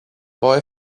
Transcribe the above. boy